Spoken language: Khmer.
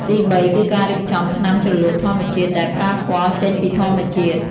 ទីបីគឺការរៀបចំថ្នាំជ្រលក់ធម្មជាតិ ដែលប្រើពណ៌ចេញពីធម្មជាតិ។